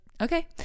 Okay